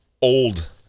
old